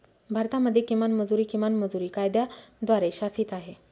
भारतामध्ये किमान मजुरी, किमान मजुरी कायद्याद्वारे शासित आहे